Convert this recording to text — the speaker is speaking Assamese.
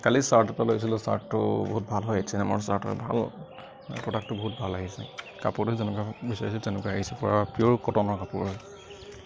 কালি চাৰ্ট এটা লৈছিলোঁ চাৰ্টটো বহুত ভাল চাৰ্টৰ ভাল প্ৰডাক্টটো বহুত ভাল আহিছে কাপোৰতে যেনেকুৱা বিচাৰিছে তেনেকুৱা আহিছে পিয়'ৰ কটনৰ কাপোৰৰ